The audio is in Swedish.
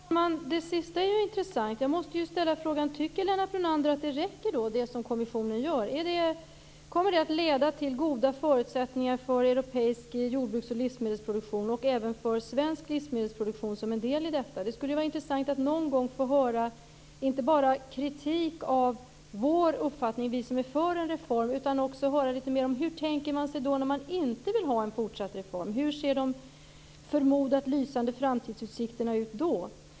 Fru talman! Det sista är intressant. Jag måste då ställa frågan: Tycker Lennart Brunander att det som kommissionen gör räcker? Kommer det att leda till goda förutsättningar för europeisk jordbruks och livsmedelsproduktion och även för svensk livsmedelsproduktion som är en del i denna? Det skulle vara intressant att någon gång få höra inte bara kritik mot uppfattningen från oss som är för en reform, utan också få höra litet mer om hur de som inte vill ha en fortsatt reform tänker sig det hela. Hur ser de förmodade lysande framtidsutsikterna ut då?